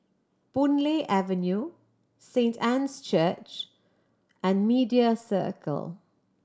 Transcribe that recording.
Boon Lay Avenue Saint Anne's Church and Media Circle